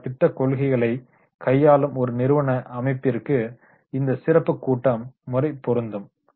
பல திட்ட கொள்கைகளை கையாளும் ஒரு நிறுவன அமைப்பிற்கு இந்த சிறப்புக் கூட்டம் முறை பொருந்தும்